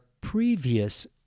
previous